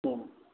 ம்